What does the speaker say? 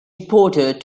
reported